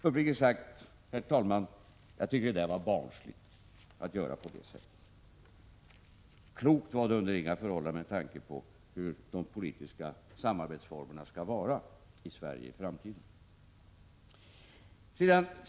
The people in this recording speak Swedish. Uppriktigt sagt, herr talman, tycker jag att det var barnsligt att göra på det sättet. Klokt var det under inga förhållanden, med tanke på hur de politiska samarbetsformerna skall vara i Sverige i framtiden.